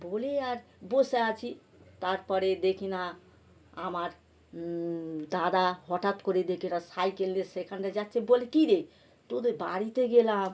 বলে আর বসে আছি তারপরে দেখি না আমার দাদা হঠাৎ করে দেখি একটা সাইকেল নিয়ে সেখান দিয়ে যাচ্ছে বলে কি রে তোদের বাড়িতে গেলাম